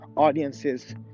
Audiences